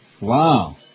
Wow